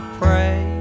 pray